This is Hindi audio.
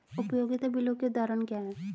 उपयोगिता बिलों के उदाहरण क्या हैं?